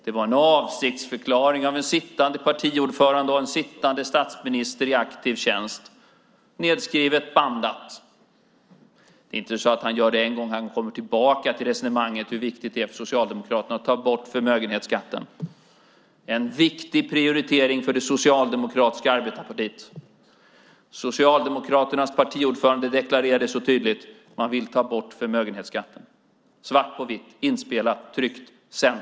Det var en avsiktsförklaring av en sittande partiordförande och en sittande statsminister i aktiv tjänst. Det är nedskrivet och bandat. Det är inte så att han gör det en gång, utan han kommer tillbaka till resonemanget om hur viktigt det är för Socialdemokraterna att ta bort förmögenhetsskatten. Det är en viktig prioritering för det socialdemokratiska arbetarpartiet. Socialdemokraternas partiordförande deklarerar så tydligt att man vill ta bort förmögenhetsskatten. Det finns svart på vitt, inspelat, tryckt och sänt.